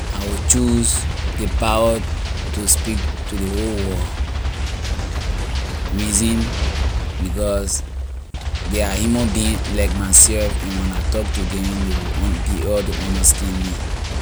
I will choose the power to speak to ley whole world reason because they are human being like myself and when I talk to them they will un- ley will be able to understand me.